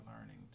learning